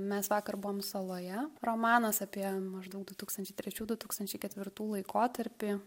mes vakar buvom saloje romanas apie maždaug du tūkstančiai trečių du tūkstančiai ketvirtų laikotarpį